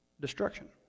destruction